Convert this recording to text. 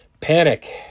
Panic